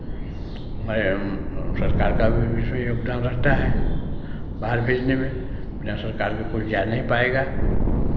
सरकार का भी विशेष योगदान रहता है बाहर भेजने में बिना सरकार का कोई जा नहीं पाएगा